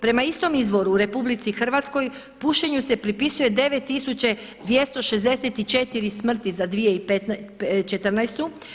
Prema istom izvoru u RH pušenju se pripisuje 9264 smrti za 2014.